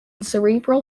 cerebral